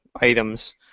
items